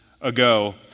ago